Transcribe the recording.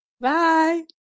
Bye